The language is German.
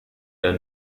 der